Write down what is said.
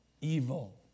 evil